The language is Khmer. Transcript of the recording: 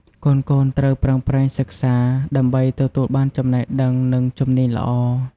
កូនៗត្រូវ ប្រឹងប្រែងសិក្សា ដើម្បីទទួលបានចំណេះដឹង និងជំនាញល្អ។